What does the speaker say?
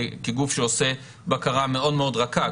כגוף שעושה בקרה מאוד מאוד רכה.